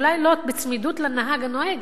אולי לא בצמידות לנהג הנוהג,